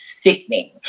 sickening